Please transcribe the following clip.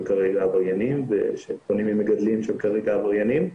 כרגע עבריינים ושהם קונים ממגדלים שהם כרגע עבריינים,